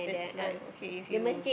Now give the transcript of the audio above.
it's like okay if you